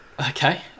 Okay